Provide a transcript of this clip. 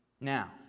Now